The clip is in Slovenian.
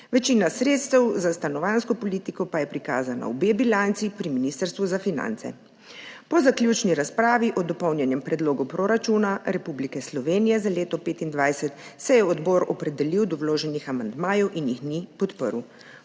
Večina sredstev za stanovanjsko politiko pa je prikazana v bilanci B pri Ministrstvu za finance. Po zaključni razpravi o Dopolnjenem predlogu proračuna Republike Slovenije za leto 2025 se je odbor opredelil do vloženih amandmajev in jih ni podprl.